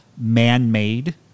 man-made